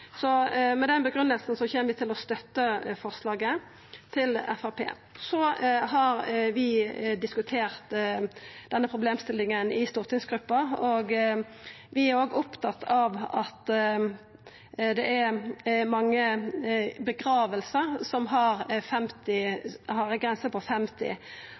Med den grunngjevinga kjem vi til å støtta forslaget til Framstegspartiet. Så har vi diskutert denne problemstillinga i stortingsgruppa. Vi er òg opptatt av at det er mange gravferder som har ei grense på 50.